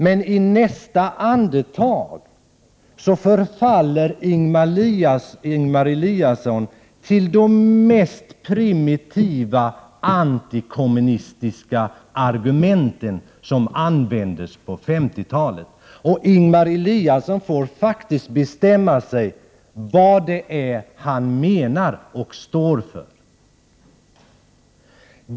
Men i nästa andetag förfaller Ingemar Eliasson till de mest primitiva antikommunistiska argumenten, som användes på 1950-talet. Ingemar Eliasson får faktiskt bestämma sig för vad det är han menar och står för!